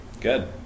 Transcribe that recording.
Good